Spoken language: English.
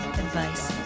advice